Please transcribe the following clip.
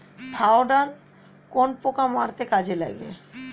Thiodan কোন পোকা মারতে কাজে লাগে?